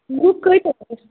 لُکھ کٲتیاہ ٲسۍ